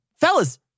fellas